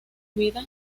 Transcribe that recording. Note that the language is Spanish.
vida